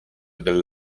del